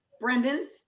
brendan.